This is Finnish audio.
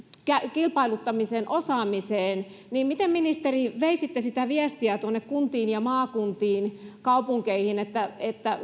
kilpailuttamisen osaamiseen miten ministeri veisitte sitä viestiä tuonne kuntiin ja maakuntiin kaupunkeihin